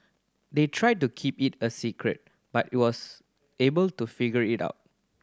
they tried to keep it a secret but he was able to figure it out